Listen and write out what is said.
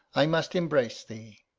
i must embrace thee.